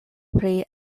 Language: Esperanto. pri